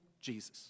Jesus